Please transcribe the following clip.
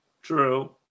True